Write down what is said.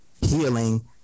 healing